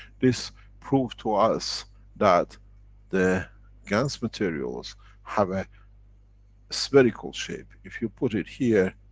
this proved to us that the gans materials have a spherical shape. if you put it here,